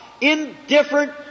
indifferent